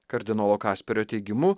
kardinolo kasperio teigimu